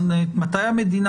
מתי המדינה